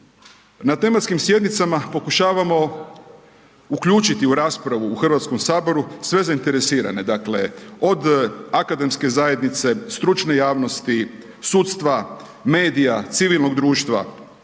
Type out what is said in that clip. Na tematskim sjednicama pokušavamo uključiti u raspravu u HS-u sve zainteresirane, dakle, od akademske zajednice, stručne javnosti, sudstva, medija, civilnog društva,